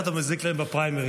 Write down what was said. אתה מזיק להם בפריימריז.